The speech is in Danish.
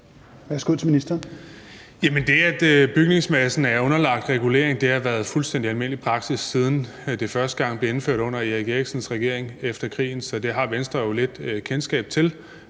det, at bygningsmassen er underlagt regulering, har været fuldstændig almindelig praksis, siden det første gang blev indført under Erik Eriksens regering efter krigen. Så det har Venstre jo lidt kendskab til,